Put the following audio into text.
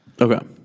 Okay